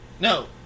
No